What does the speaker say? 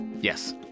Yes